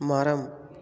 மரம்